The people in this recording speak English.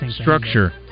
structure